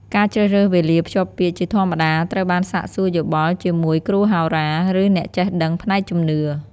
ការជ្រើសរើសវេលាភ្ជាប់ពាក្យជាធម្មតាត្រូវបានសាកសួរយោបល់ជាមួយគ្រូហោរា ឬអ្នកចេះដឹងផ្នែកជំនឿ ។